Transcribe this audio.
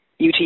UT